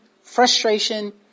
frustration